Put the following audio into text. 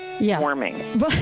warming